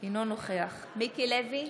אינו נוכח מיקי לוי,